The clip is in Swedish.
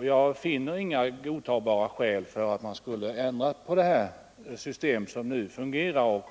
Jag finner inga godtagbara skäl att ändra på det system som nu fungerar.